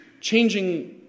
changing